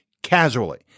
Casually